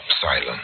Silence